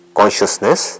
consciousness